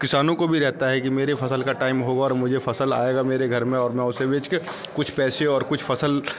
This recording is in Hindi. किसानों को भी रहता है कि मेरे फसल का टाइम होगा और मुझे फसल आएगा मेरे घर में और मैं उसे बेच कर कुछ पैसे और कुछ फसल